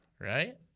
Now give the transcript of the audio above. right